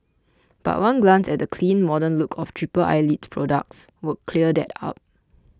but one glance at the clean modern look of Triple Eyelid's products would clear that up